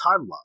timeline